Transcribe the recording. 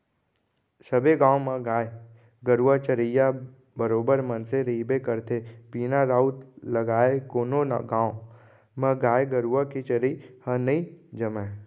सबे गाँव म गाय गरुवा चरइया बरोबर मनसे रहिबे करथे बिना राउत लगाय कोनो गाँव म गाय गरुवा के चरई ह नई जमय